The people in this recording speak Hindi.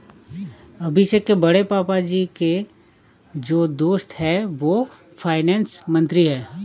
अभिषेक के बड़े पापा जी के जो दोस्त है वो फाइनेंस मंत्री है